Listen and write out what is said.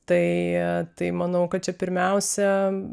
tai tai manau kad čia pirmiausia